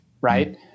right